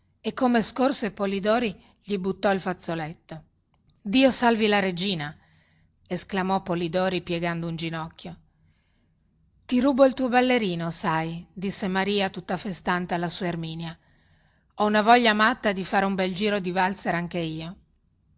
e come scorse polidori gli buttò il fazzoletto dio salvi la regina esclamò polidori piegando un ginocchio ti rubo il tuo ballerino sai disse maria tutta festante alla sua erminia ho una voglia matta di fare un bel giro di valzer anche io